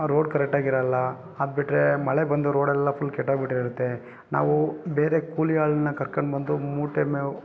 ಆ ರೋಡ್ ಕರೆಕ್ಟಾಗಿ ಇರಲ್ಲ ಅದ್ಬಿಟ್ರೆ ಮಳೆ ಬಂದು ರೋಡೆಲ್ಲ ಫುಲ್ ಕೆಟ್ಟೋಗಿಬಿಟ್ಟಿರುತ್ತೆ ನಾವು ಬೇರೆ ಕೂಲಿ ಆಳನ್ನು ಕರ್ಕಂಡು ಬಂದು ಮೂಟೆ ಮ